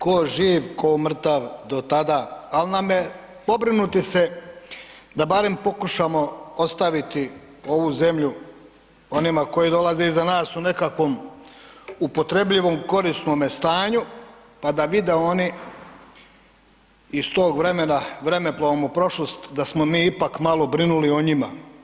Ko živ, ko mrtav do tada ali nam je pobrinuti se da barem pokušamo ostaviti ovu zemlju onima kojima dolaze iza nas u nekakvom upotrebljivom, korisnome stanju pa da vide oni iz tog vremena, vremeplovom u prošlost, da smo mi ipak malo brinuli o njima.